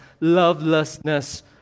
lovelessness